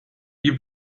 you